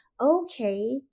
okay